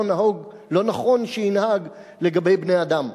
לא נכון שינהג לגבי בני-אדם.